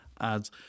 ads